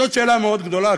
זאת שאלה מאוד גדולה,